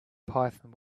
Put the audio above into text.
python